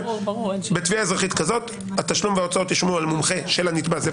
אלא בתביעה אזרחית כזאת התשלום וההוצאות --- על מומחה של נתבע פה